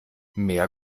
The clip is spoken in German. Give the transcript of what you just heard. mehr